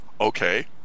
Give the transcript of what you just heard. okay